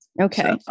Okay